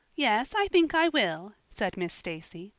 yes, i think i will, said miss stacy.